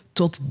tot